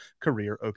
career